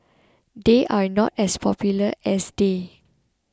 they are not as popular as they